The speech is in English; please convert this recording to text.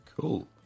cool